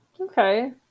okay